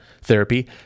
therapy